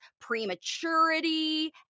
prematurity